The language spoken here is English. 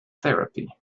therapy